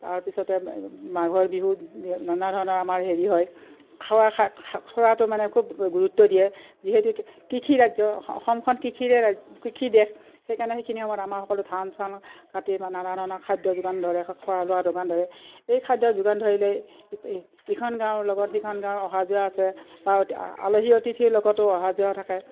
তাৰপিছতে মাঘৰ বিহুত নানা ধৰণৰ আমাৰ হেৰি হয় খোৱা খ খোৱাটো মানে খুব গুৰুত্ব দিয়ে যিহেতু কৃষি ৰাজ্য অসমখন কৃষিৰে ৰা কৃষি দেশ সেইকাৰণে সেইখিনি সময়ত আমাৰ সকলো ধান চান কাটি বা নানা ধৰণৰ খাদ্য যোগান ধৰে খোৱা লোৱা যোগান ধৰে এই খাদ্য যোগান ধৰিলে ইখন গাঁৱৰ লগত সিখন গাঁৱৰ অহা যোৱা আছে বা অতি আলহী অতিথিৰ লগতো অহা যোৱা থাকে